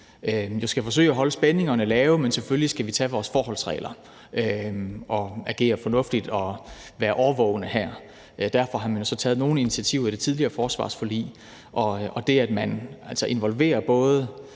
jo skal forsøge at holde spændingerne lave, men selvfølgelig skal vi tage vores forholdsregler og agere fornuftigt og være årvågne her. Derfor har man jo så taget nogle initiativer i det tidligere forsvarsforlig, og det, at man involverer både